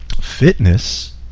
fitness